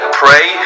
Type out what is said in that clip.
pray